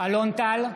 אלון טל,